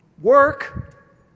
Work